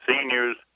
seniors